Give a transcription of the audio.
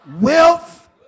Wealth